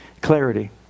Clarity